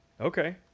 okay